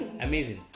amazing